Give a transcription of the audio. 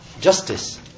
justice